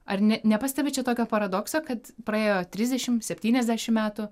ar ne nepastebit čia tokio paradokso kad praėjo trisdešimt septyniasdešimt metų